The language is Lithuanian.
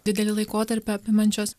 didelį laikotarpį apimančios